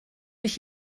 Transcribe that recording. mich